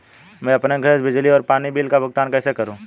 मैं अपने गैस, बिजली और पानी बिल का भुगतान कैसे करूँ?